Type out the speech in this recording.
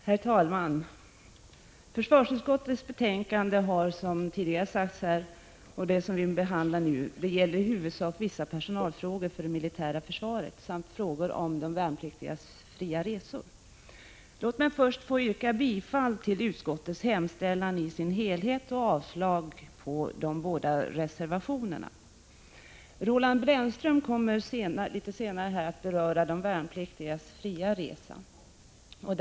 Herr talman! Försvarsutskottets betänkande nr 9, som vi nu behandlar, gäller som tidigare har sagts i huvudsak vissa personalfrågor för det militära försvaret samt frågor om de värnpliktigas fria resor. Låt mig börja med att yrka bifall till utskottets hemställan i dess helhet och avslag på de båda reservationerna. Roland Brännström kommer litet senare att beröra de värnpliktigas fria resor.